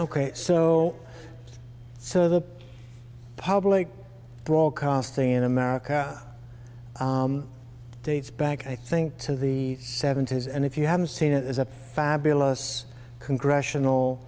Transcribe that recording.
ok so so the public broadcasting in america dates back i think to the seventy's and if you haven't seen it is a fabulous congressional